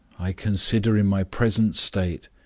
i consider in my present state,